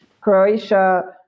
Croatia